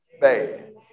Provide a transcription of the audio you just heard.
bad